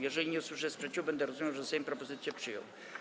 Jeżeli nie usłyszę sprzeciwu, będę rozumiał, że Sejm propozycje przyjął.